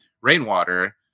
Rainwater